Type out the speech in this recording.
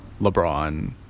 LeBron